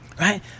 Right